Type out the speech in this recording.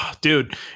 Dude